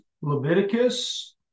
Leviticus